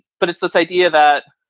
but it's this idea that,